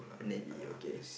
navy okay